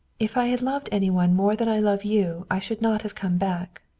if i had loved any one more than i loved you i should not have come back.